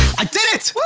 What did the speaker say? i did it,